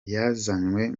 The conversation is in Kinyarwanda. yazanywe